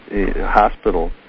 hospital